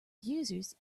users